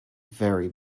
very